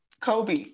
Kobe